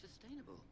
sustainable